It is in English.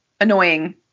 annoying